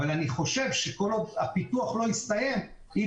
אבל אני חושב שכל עוד הפיתוח לא הסתיים אי